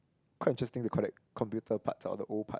quite interesting to collect computer parts or the old part